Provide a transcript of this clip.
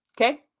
okay